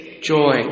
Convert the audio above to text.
joy